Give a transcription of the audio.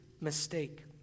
mistake